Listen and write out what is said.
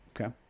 Okay